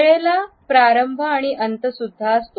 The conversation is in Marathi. वेळेला प्रारंभ आणि अंत सुद्धा असतो